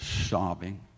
sobbing